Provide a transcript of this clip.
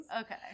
Okay